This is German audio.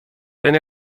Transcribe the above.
wenn